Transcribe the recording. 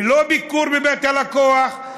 ללא ביקור בבית הלקוח,